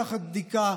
תחת בדיקה,